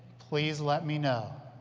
please let me know.